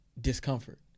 discomfort